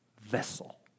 vessel